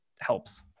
helps